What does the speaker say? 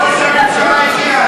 אנחנו דואגים לבריאות